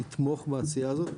לתמוך בעשייה הזאת,